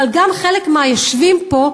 אבל גם חלק מהיושבים פה,